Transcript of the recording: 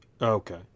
Okay